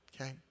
okay